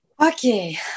Okay